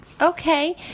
Okay